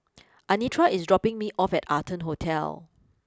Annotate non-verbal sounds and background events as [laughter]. [noise] Anitra is dropping me off at Arton Hotel